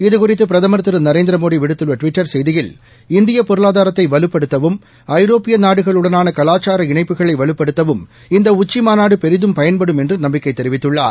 இதுகுறித்துபிரதமர் நரேந்திரமோடிவிடுத்துள்ளட்விட்டர் செய்தியில் திரு இந்தியபொருளாதாரத்தைவலுப்படுத்தவும் ஐரோப்பியநாடுகளுடனானகலாச்சார இணைப்புகளைவலுப்படுத்தவும் இந்தஉச்சிமாநாடுபெரிதும் பயன்படும் என்றுநம்பிக்கைதெரிவித்துள்ளார்